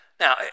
Now